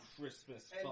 Christmas